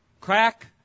crack